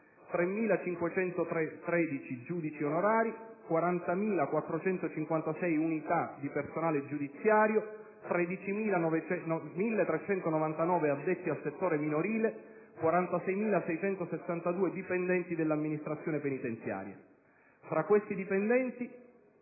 3.513 giudici onorari; 40.456 unità di personale giudiziario; 1.399 addetti al settore minorile; 46.662 dipendenti dell'amministrazione penitenziaria.